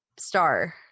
star